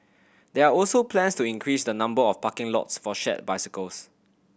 there are also plans to increase the number of parking lots for shared bicycles